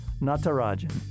Natarajan